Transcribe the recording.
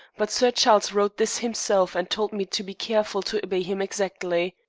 but sir charles wrote this himself, and told me to be careful to obey him exactly.